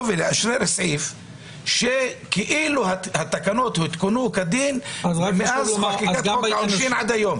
ולאשרר סעיף שכאילו התקנות הותקנו כדין מאז חקיקת חוק העונשין עד היום.